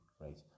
right